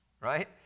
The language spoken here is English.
right